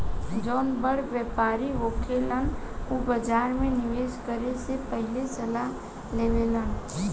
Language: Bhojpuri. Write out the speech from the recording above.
जौन बड़ व्यापारी होखेलन उ बाजार में निवेस करे से पहिले सलाह लेवेलन